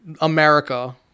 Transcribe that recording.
America